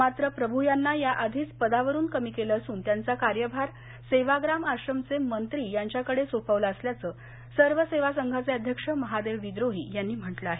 मात्र प्रभू यांना या आधीच पदावरून कमी केलं असून त्यांचा कार्यभार सेवाग्राम आश्रमचे मंत्री यांच्याकडे सोपवला असल्याच सर्व सेवा संघाचे अध्यक्ष महादेव विद्रोही यांनी म्हटलं आहे